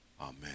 Amen